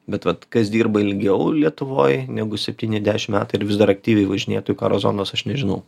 bet vat kas dirba ilgiau lietuvoj negu septyni dešim metai ir vis dar aktyviai važinėtų į karo zonas aš nežinau